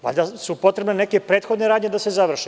Valjda su potrebne neke prethodne radnje da se završe?